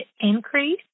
increase